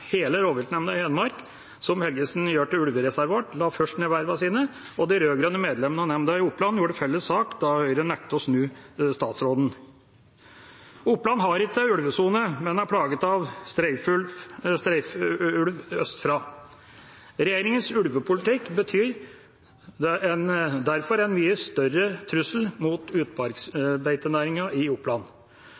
Hele rovviltnemnda i Hedmark, som Helgesen gjør til ulvereservat, la først ned vervene sine, og de rød-grønne medlemmene av nemnda i Oppland gjorde felles sak da Høyre nektet å snu statsråden. Oppland har ikke ulvesone, men er plaget av streifulv østfra. Regjeringas ulvepolitikk betyr derfor en mye større trussel mot utmarksbeitenæringen i Oppland.